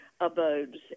abodes